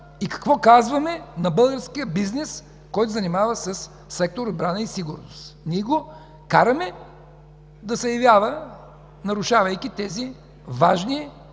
и какво казваме на българския бизнес, който се занимава със сектор „Отбрана и сигурност”. Ние го караме да се явява, нарушавайки тези важни